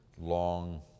long